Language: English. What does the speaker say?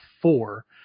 four